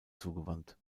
zugewandt